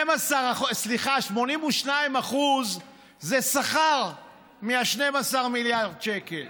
82% זה שכר, מה-12 מיליארד שקל,